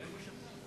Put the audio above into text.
היושב-ראש,